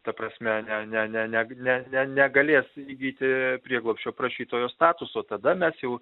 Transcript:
ta prasme ne ne ne ne ne ne negalės įgyti prieglobsčio prašytojo statuso tada mes jau